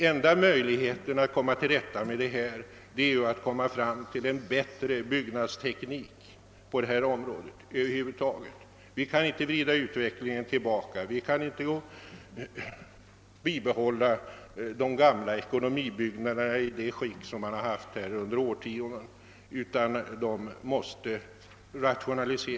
Enda möjligheten att komma till rätta med de nyss berörda problemen är att få till stånd en bättre byggnadsteknik på det här området. Vi kan inte vrida utvecklingen tillbaka och låta de gamla ekonomibyggnaderna behållas i samma skick som under de senaste årtiondena.